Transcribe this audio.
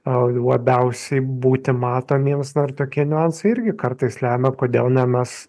a labiausiai būti matomiems na ir tokie niuansai irgi kartais lemia kodėl na mes